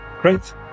great